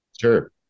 sure